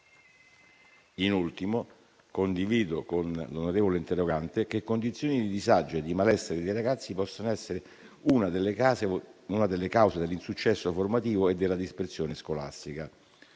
In ultimo, condivido con l'onorevole interrogante che condizioni di disagio e di malessere dei ragazzi possono essere una delle cause dell'insuccesso formativo e della dispersione scolastica.